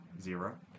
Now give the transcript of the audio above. Zero